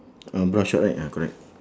ah brown short right ah correct